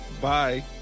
bye